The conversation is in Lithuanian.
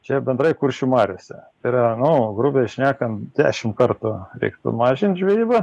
čia bendrai kuršių mariose tai yra nu grubiai šnekant dešimt kartų reiktų mažint žvejybą